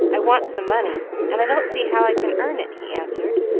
i want some money, and i don't see how i can earn it, he answered,